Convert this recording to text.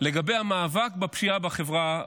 לגבי המאבק בפשיעה בחברה הערבית.